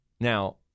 Now